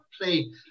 play